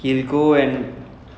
flip a car !wow!